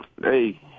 Hey